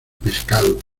pescado